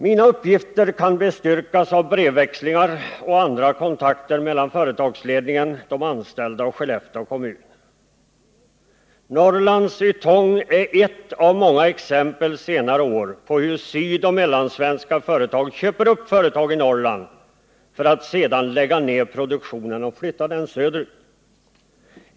Mina uppgifter kan bestyrkas av brevväxling och andra kontakter mellan företagsledningen, de anställda och Skellefteå kommun. Norrlands Ytong är ett av många exempel från senare år på hur sydoch mellansvenska företag köper upp företag i Norrland för att sedan lägga ner produktionen och flytta den söderut.